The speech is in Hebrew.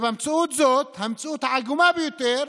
והמציאות הזאת, המציאות העגומה ביותר